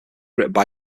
written